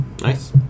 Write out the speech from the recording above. Nice